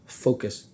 focus